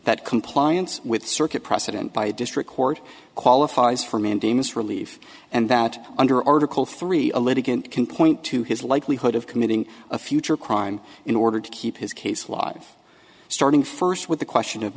that compliance with circuit precedent by district court qualifies for mandamus relief and that under article three a litigant can point to his likelihood of committing a future crime in order to keep his case live starting first with the question of